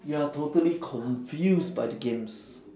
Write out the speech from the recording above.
you are totally confused by the games